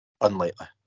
Unlikely